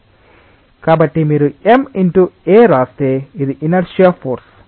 కాబట్టి మీరు m x a వ్రాస్తే ఇది ఇనర్శియా ఫోర్సు